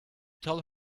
tell